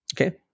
okay